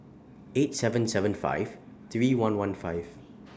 eight seven seven five three one one five